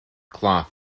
cloth